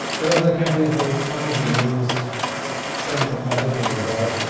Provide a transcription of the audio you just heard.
those are the countries that are trying to use something other than the dollar.